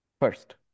First